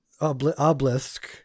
obelisk